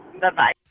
Bye-bye